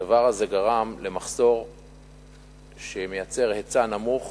הדבר הזה גרם למחסור שמייצר היצע נמוך